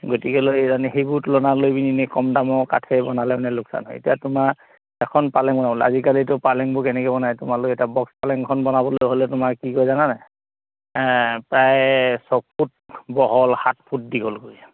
গতিকেলৈ এই জানি সেইবোৰ তুলনা লৈ পিনি এনেই কম দামৰ কাঠেৰে বনালে মানে লোকচান হয় এতিয়া তোমাৰ এখন পালেং বনাবলৈ আজিকালিতো পালেঙবোৰ কেনেকে বনায় তোমালোকে এতিয়া বক্স পালেংখন বনাবলৈ হ'লে তোমাৰ কি কয় জানানে প্ৰায় ছয় ফুট বহল সাত ফুট দীঘলকৈ